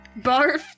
barfed